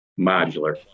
modular